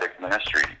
ministry